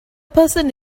person